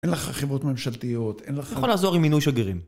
אין לך חברות ממשלתיות, אין לך... אני יכול לעזור עם מינוי שגרירים.